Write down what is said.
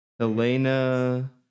Elena